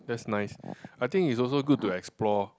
that's nice I think it's also good to explore